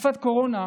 תקופת קורונה,